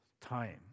Time